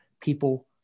People